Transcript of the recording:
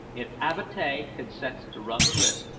if avatea consents to run the risk,